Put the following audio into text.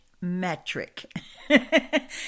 metric